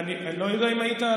אני לא יודע אם היית.